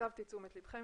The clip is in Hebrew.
הסבתי את תשומת לבכם.